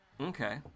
Okay